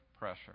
pressure